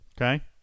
Okay